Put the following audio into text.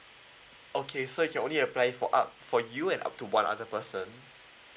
okay so you're only apply for up for you and up to one other person